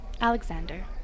Alexander